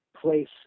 place